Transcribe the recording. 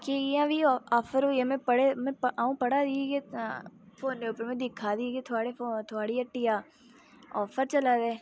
कि इ'यां बी आफर होई गेआ में पढ़े दा अ'ऊं पढ़ा दी फोन उप्पर में दिक्खा दी ही कि थुआढ़ी फो थुआढ़ी ह्ट्टी आफर चला दे